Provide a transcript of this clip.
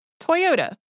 Toyota